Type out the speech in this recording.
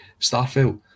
Starfield